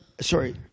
Sorry